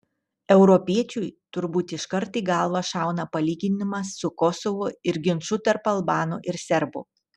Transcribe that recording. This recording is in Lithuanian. europiečiui turbūt iškart į galvą šauna palyginimas su kosovu ir ginču tarp albanų ir serbų